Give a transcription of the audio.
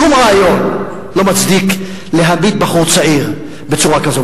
שום רעיון לא מצדיק להמית בחור צעיר בצורה כזו.